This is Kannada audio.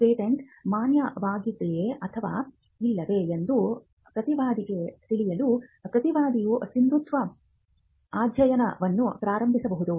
ಪೇಟೆಂಟ್ ಮಾನ್ಯವಾಗಿದೆಯೆ ಅಥವಾ ಇಲ್ಲವೇ ಎಂದು ಪ್ರತಿವಾದಿಗೆ ತಿಳಿಯಲು ಪ್ರತಿವಾದಿಯು ಸಿಂಧುತ್ವ ಅಧ್ಯಯನವನ್ನು ಪ್ರಾರಂಭಿಸಬಹುದು